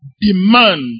demand